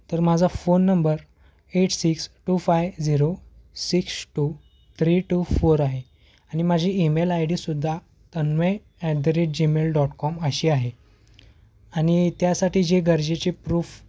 तर माझा phone number eight six two five zero six two three two four आहे आणि माझी ईमेल आय डीसुद्धा Tanmay at the rate Gmail dot com अशी आहे आणि त्यासाठी जे गरजेचे प्रूफ